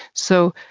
so,